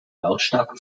lautstark